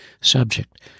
Subject